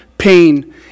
pain